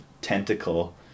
tentacle